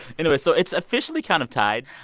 anyway, so it's officially kind of tied.